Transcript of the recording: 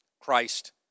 Christ